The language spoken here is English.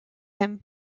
him